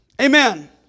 Amen